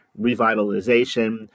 revitalization